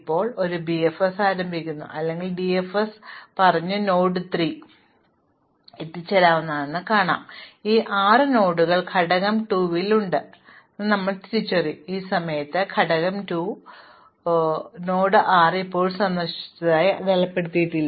ഇപ്പോൾ ഞങ്ങൾ ഒരു ബിഎഫ്എസ് ആരംഭിക്കുന്നു അല്ലെങ്കിൽ ഒരു ഡിഎഫ്എസ് പറഞ്ഞു നോഡ് 3 പറഞ്ഞു ഞങ്ങൾക്ക് എത്തിച്ചേരാവുന്നതെല്ലാം സന്ദർശിക്കുക ഇതിൽ പ്രോസസ്സ് ഈ 6 നോഡുകൾ ഘടകം 2 ൽ ഉണ്ടെന്ന് ഞങ്ങൾ തിരിച്ചറിയും ഈ സമയത്ത് നോഡ് 6 ഇപ്പോഴും സന്ദർശിച്ചതായി അടയാളപ്പെടുത്തിയിട്ടില്ല